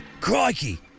Crikey